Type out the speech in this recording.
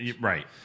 Right